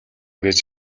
гэж